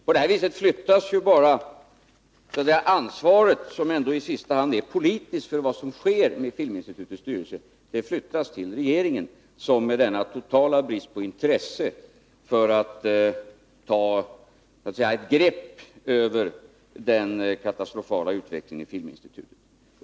På detta sätt flyttas bara ansvaret, som ändå i sista hand är politiskt, för vad som sker med filminstitutets styrelse till regeringen, som har en total brist på intresse av att ta ett grepp om den katastrofala utvecklingen i filminstitutet.